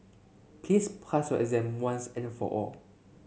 please pass your exam once and for all